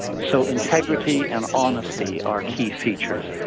so integrity and honesty are key features.